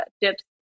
dips